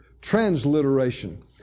transliteration